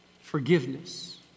Forgiveness